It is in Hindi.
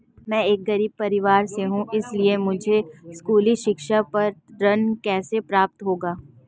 मैं एक गरीब परिवार से हूं इसलिए मुझे स्कूली शिक्षा पर ऋण कैसे प्राप्त होगा?